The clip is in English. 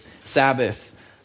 Sabbath